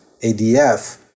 ADF